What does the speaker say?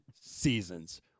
seasons